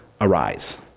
arise